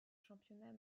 championnat